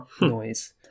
noise